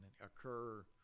occur